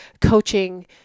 coaching